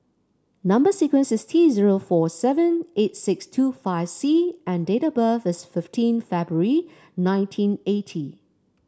number sequence is T zero four seven eight six two five C and date of birth is fifteen February nineteen eighty